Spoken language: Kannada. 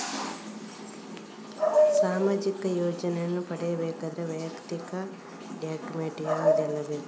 ಸಾಮಾಜಿಕ ಯೋಜನೆಯನ್ನು ಪಡೆಯಬೇಕಾದರೆ ವೈಯಕ್ತಿಕ ಡಾಕ್ಯುಮೆಂಟ್ ಯಾವುದೆಲ್ಲ ಬೇಕು?